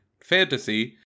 fantasy